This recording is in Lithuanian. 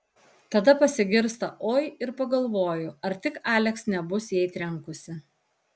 tada pasigirsta oi ir pagalvoju ar tik aleks nebus jai trenkusi